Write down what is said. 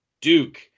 Duke